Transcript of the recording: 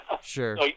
sure